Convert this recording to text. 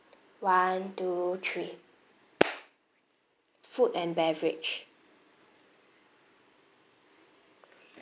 one two three food and beverage